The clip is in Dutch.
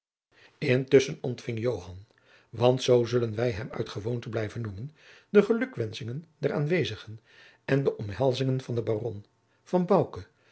intusschen ontfing joan want zoo zullen wij hem uit gewoonte blijven noemen de gelukwenschingen der aanwezigen en de omhelzingen van den baron van